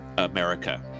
America